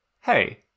Hey